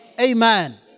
Amen